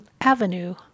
avenue